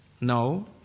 No